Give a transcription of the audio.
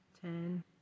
ten